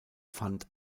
fand